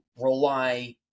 rely